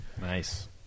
Nice